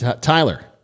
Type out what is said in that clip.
Tyler